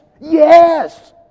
yes